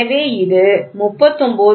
எனவே இது 39